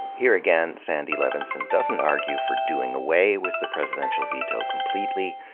here again, sandy levinson doesn't argue for doing away with the presidential veto completely.